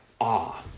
awe